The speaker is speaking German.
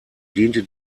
diente